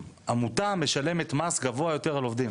העמותה משלמת מס גבוה יותר על עובדים.